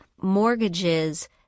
mortgages